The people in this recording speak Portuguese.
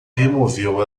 removeu